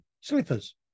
Slippers